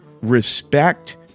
respect